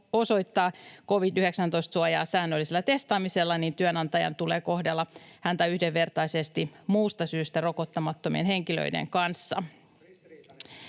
osoittaa covid-19-suojaa säännöllisellä testaamisella, työnantajan tulee kohdella häntä yhdenvertaisesti muusta syystä rokottamattomien henkilöiden kanssa.